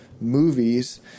movies